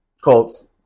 Colts